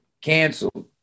canceled